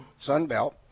Sunbelt